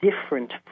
different